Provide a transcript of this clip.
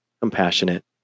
compassionate